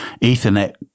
Ethernet